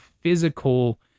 physical